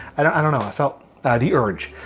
i don't know, i felt the urge.